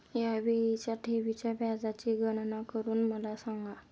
या वेळीच्या ठेवीच्या व्याजाची गणना करून मला सांगा